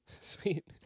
Sweet